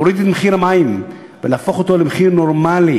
להוריד את מחיר המים ולהפוך אותו למחיר נורמלי.